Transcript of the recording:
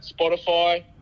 Spotify